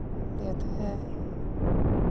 ᱤᱭᱟᱹ ᱛᱮ